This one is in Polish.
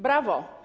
Brawo.